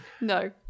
No